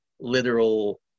literal